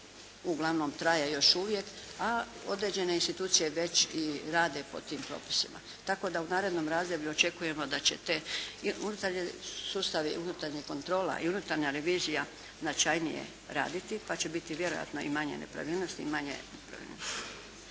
uglavnom traje još uvijek, a određene institucije već i rade po tim propisima. Tako da u narednom razdoblju očekujemo da će te unutarnje sustave i unutarnja kontrola i unutarnja revizija značajnije raditi pa će biti vjerojatno i manje nepravilnosti i manje … /Govornica